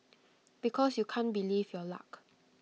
because you can't believe your luck